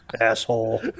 asshole